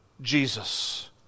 Jesus